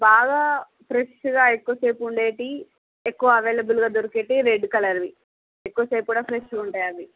బాగా ఫ్రెష్ గా ఎక్కువసేపు ఉండేవి ఎక్కువ అవైలబుల్ గా దొరికేవి రెడ్ కలర్ వి ఎక్కువసేపు కూడా ఫ్రెష్ గా ఉంటాయి అవి